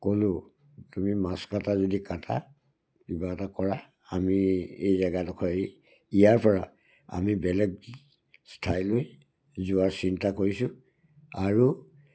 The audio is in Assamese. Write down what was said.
ক'লোঁ তুমি মাছ কাটা যদি কাটা কিবা এটা কৰা আমি এই জেগাডোখৰ ইয়াৰপৰা আমি বেলেগ ঠাইলৈ যোৱাৰ চিন্তা কৰিছোঁ আৰু